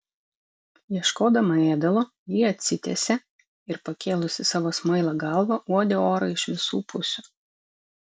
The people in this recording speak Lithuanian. ieškodama ėdalo ji atsitiesė ir pakėlusi savo smailą galvą uodė orą iš visų pusių